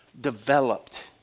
developed